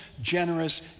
generous